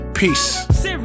Peace